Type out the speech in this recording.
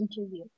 interview